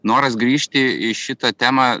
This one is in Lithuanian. noras grįžti į šitą temą